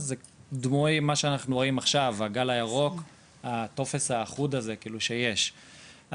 זה game changer הדבר הזה,